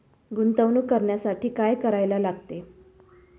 गुंतवणूक करण्यासाठी काय करायला लागते?